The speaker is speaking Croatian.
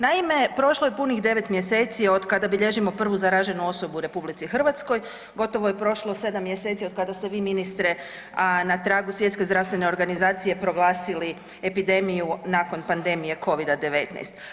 Naime, prošlo je punih 9 mjeseci od kada bilježimo prvu zaraženu osobu u RH, gotovo je prošlo 7 mjeseci od kada ste vi ministre, a na tragu Svjetske zdravstvene organizacije proglasili epidemiju nakon pandemije Covida-19.